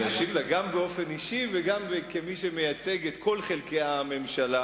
אני אשיב עליה גם באופן אישי וגם כמי שמייצג את כל חלקי הממשלה,